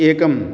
एकं